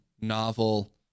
novel